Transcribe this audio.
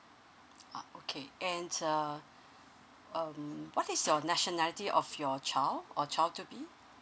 ah okay and uh um what is your nationality of your child or child to be